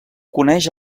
coneix